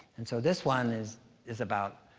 and so, this one is is about,